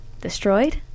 destroyed